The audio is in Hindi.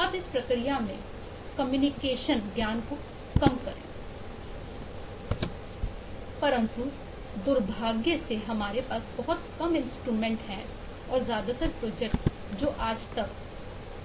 अब इस प्रक्रिया में कम्युनिकेशन ज्ञात को कम करें परंतु दुर्भाग्य से हमारे पास बहुत कम इंस्ट्रूमेंट है और ज्यादातर प्रोजेक्ट जो आज तक